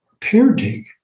Parenting